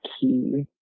key